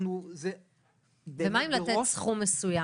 זה באמת בראש -- מה עם לתת סכום מסוים?